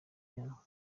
yabo